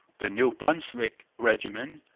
the new brunswick regiment,